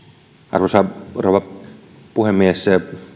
arvoisa rouva puhemies